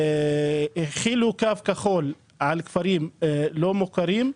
החילו קו כחול על כפרים לא מוכרים,